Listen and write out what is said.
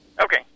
Okay